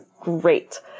great